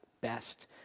best